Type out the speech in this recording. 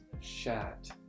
Shat